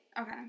okay